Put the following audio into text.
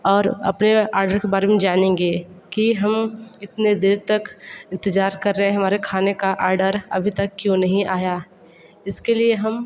और अपने आर्डर के बारे में जानेंगे कि हम इतने देर तक इंतजार कर रहे हमारे खाने का आर्डर अभी तक क्यों नहीं आया इसके लिए हम